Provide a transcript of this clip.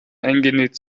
eingenäht